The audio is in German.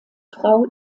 frau